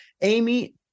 Amy